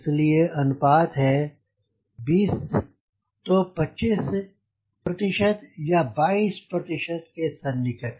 इस लिए अनुपात है 20 तो 25 प्रतिशत या 22 प्रतिशत के सन् निकट